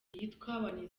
yitwa